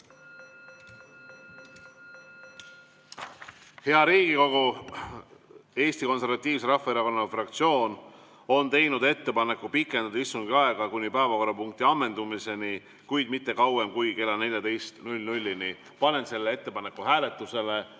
Hea Riigikogu! Eesti Konservatiivse Rahvaerakonna fraktsioon on teinud ettepaneku pikendada istungi aega kuni päevakorrapunkti ammendumiseni, kuid mitte kauem kui kella 14‑ni. Panen selle ettepaneku hääletusele.